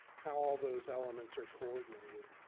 how all those elements are coordinated.